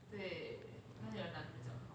the optimism